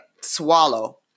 swallow